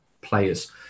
players